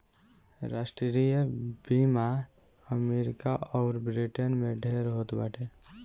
राष्ट्रीय बीमा अमरीका अउर ब्रिटेन में ढेर होत बाटे